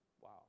Wow